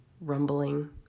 rumbling